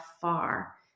far